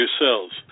yourselves